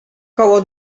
koło